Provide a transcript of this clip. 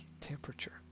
temperature